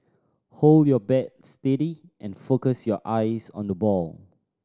hold your bat steady and focus your eyes on the ball